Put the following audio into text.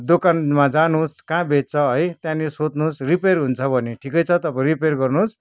दोकानमा जानुहोस् कहाँ बेच्छ है त्यहाँनिर सोध्नुस् रिपेर हुन्छ भने ठिकै छ तपाईँ रिपेर गर्नुहोस्